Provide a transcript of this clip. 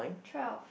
twelve